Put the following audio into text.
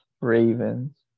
Ravens